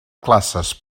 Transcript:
classes